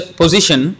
position